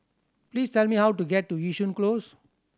please tell me how to get to Yishun Close